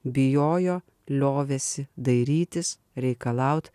bijojo liovėsi dairytis reikalaut